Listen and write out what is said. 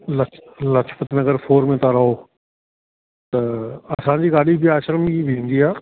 ला लाजपत नगर फोर में तव्हां रहो त असांजी गाॾी बि आश्रम ई ईंदी आहे